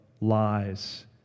lies